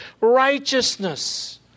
righteousness